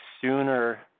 sooner